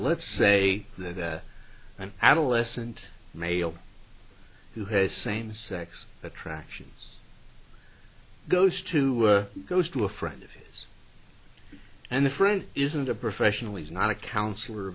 let's say that an adolescent male who has same sex attractions goes to goes to a friend of his and the friend isn't a professional he's not a counselor